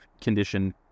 condition